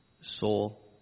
soul